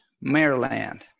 Maryland